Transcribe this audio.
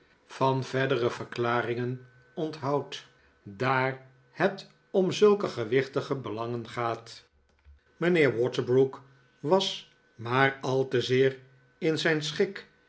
van verdere verklaringen onthoud daar het om zulke gewichtige belangen gaat mijnheer waterbrook was maar al te zeer in zijn schik